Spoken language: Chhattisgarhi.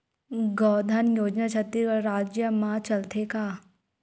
गौधन योजना छत्तीसगढ़ राज्य मा चलथे का?